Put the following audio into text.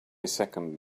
second